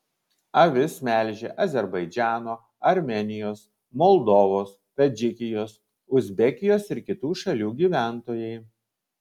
avis melžia azerbaidžano armėnijos moldovos tadžikijos uzbekijos ir kitų šalių gyventojai